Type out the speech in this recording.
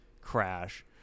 crash